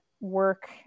work